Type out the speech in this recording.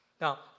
Now